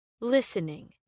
Listening